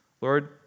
Lord